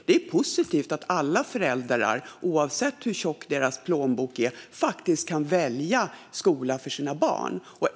Det är positivt att alla föräldrar, oavsett hur tjocka deras plånböcker är, faktiskt kan välja skola för sina barn.